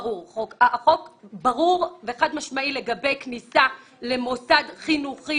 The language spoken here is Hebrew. החוק ברור וחד משמעי לגבי כניסה למוסד חינוכי